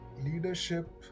leadership